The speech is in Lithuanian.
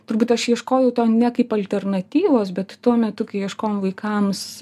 turbūt aš ieškojau to ne kaip alternatyvos bet tuo metu kai ieškojom vaikams